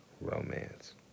Romance